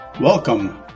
Welcome